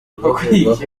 bavugwaho